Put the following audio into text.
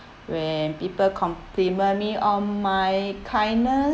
when people compliment me on my kindness